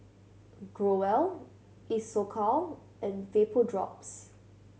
Growell Isocal and Vapodrops